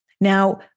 Now